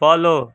follow